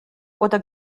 oder